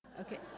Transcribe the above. Okay